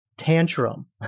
tantrum